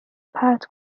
پرت